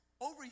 over